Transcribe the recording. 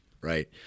Right